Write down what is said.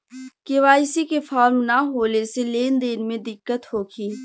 KYC के form न होले से लेन देन में दिक्कत होखी?